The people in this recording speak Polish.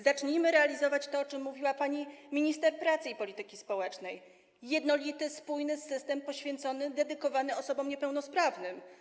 Zacznijmy realizować to, o czym mówiła pani minister pracy i polityki społecznej - jednolity, spójny system poświęcony, dedykowany osobom niepełnosprawnym.